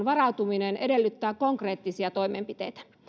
varautuminen edellyttää konkreettisia toimenpiteitä